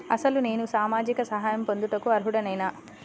అసలు నేను సామాజిక సహాయం పొందుటకు అర్హుడనేన?